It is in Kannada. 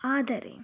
ಆದರೆ